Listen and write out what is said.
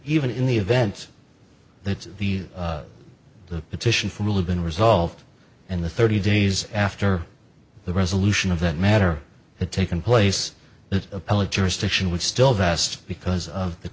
even in the event that the the petition for really been resolved in the thirty days after the resolution of that matter had taken place the appellate jurisdiction would still vest because of the